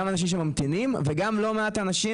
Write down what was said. גם אנשים שממתינים וגם לא מעט אנשים